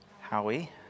Howie